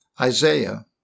Isaiah